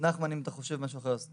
נחמן, אם אתה חושב משהו אחר אז תגיד.